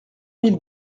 mille